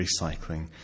recycling